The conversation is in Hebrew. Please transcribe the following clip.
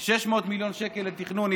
600 מיליוני שקלים לתכנון,